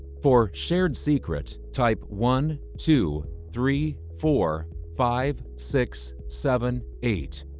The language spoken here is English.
for shared secret, type one two three four five six seven eight.